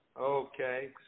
Okay